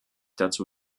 dazu